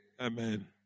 Amen